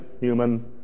human